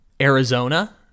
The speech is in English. Arizona